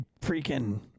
freaking